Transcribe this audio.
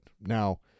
Now